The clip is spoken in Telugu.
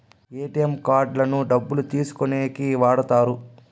ఏటీఎం కార్డులను డబ్బులు తీసుకోనీకి వాడుతారు